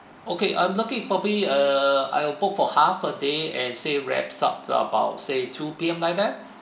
okay I'm looking probably err I'll book for half a day and say wraps up about say two P_M like that